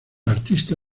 artista